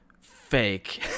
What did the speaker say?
fake